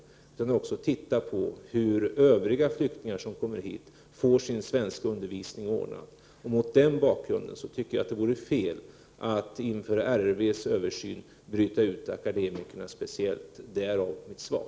Vi måste också titta på hur övriga flyktingar som kommer hit skall få sin svenskundervisning ordnad. Mot den bakgrunden tycker jag det vore fel att inför RRV:s översyn bryta ut akademikerna. Därav mitt svar.